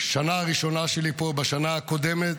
בשנה הראשונה שלי פה, בשנה הקודמת,